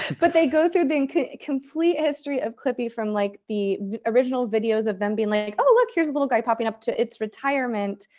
but they go through the complete history of clippy, from like the original videos of them being like, oh, look, here's a little guy popping, to its retirement.